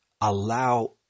allow